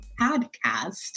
podcast